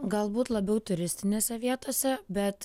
galbūt labiau turistinėse vietose bet